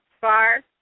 far